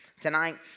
Tonight